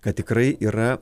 kad tikrai yra